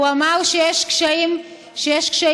הוא אמר שיש קשיים משמעותיים.